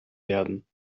werden